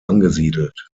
angesiedelt